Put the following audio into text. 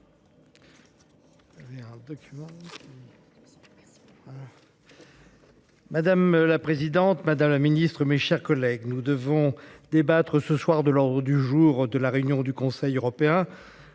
Madame la présidente, madame la secrétaire d'État, mes chers collègues, nous devons débattre ce soir de l'ordre du jour de la prochaine réunion du Conseil européen.